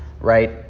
right